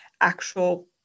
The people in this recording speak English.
actual